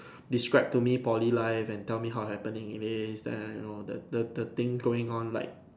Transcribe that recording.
describe to me Poly life and tell me how happening it is then you know the the the thing going on like